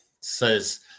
says